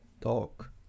talk